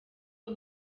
ubu